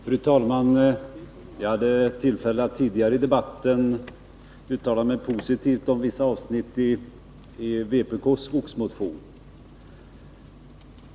Fru talman! Jag hade tidigare i debatten tillfälle att uttala mig positivt om vissa avsnitt i vpk:s skogsmotion.